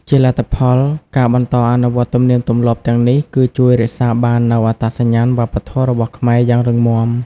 ជាលទ្ធផល ការបន្តអនុវត្តទំនៀមទម្លាប់ទាំងនេះ គឺជួយ រក្សាបាននូវអត្តសញ្ញាណវប្បធម៌របស់ខ្មែរ យ៉ាងរឹងមាំ។